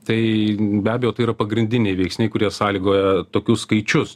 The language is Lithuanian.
tai be abejo tai yra pagrindiniai veiksniai kurie sąlygoja tokius skaičius